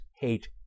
Hate